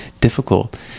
difficult